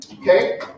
Okay